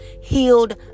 healed